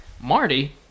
Marty